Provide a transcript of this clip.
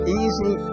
easy